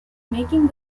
making